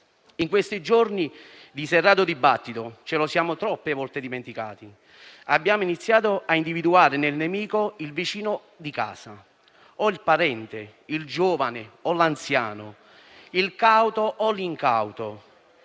In questi giorni di serrato dibattito ce lo siamo troppe volte dimenticato. Abbiamo iniziato a individuare nel nemico il vicino di casa o il parente, il giovane o l'anziano, il cauto o l'incauto,